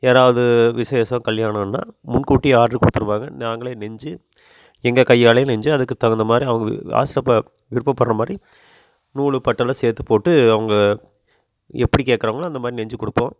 ஏதாவது விஷேசம் கல்யாணம்னா முன்கூட்டியே ஆட்ரு கொடுத்துருவாங்க நாங்களே நெஞ்சு எங்கள் கையாலே நெஞ்சு அதுக்குத் தகுந்தமாதிரி அவங்க வாட்ஸ்அப்பில் விருப்பபடுற மாதிரி நூலு பட்டெல்லாம் சேர்த்து போட்டு அவங்க எப்படி கேட்குறாங்களோ அந்தமாதிரி நெஞ்சிக் கொடுப்போம்